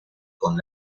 con